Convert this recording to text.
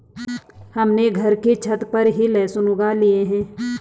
हमने घर की छत पर ही लहसुन उगा लिए हैं